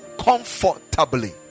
comfortably